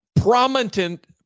prominent